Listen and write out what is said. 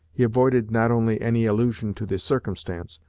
he avoided not only any allusion to the circumstance,